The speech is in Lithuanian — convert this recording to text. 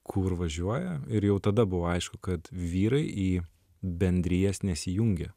kur važiuoja ir jau tada buvo aišku kad vyrai į bendrijas nesijungia